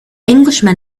englishman